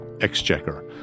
exchequer